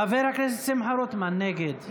חבר הכנסת שמחה רוטמן, נגד.